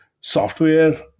software